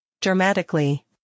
Dramatically